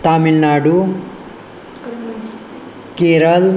तामिल्नाडुः केरलः